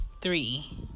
Three